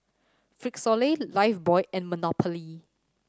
Frisolac Lifebuoy and Monopoly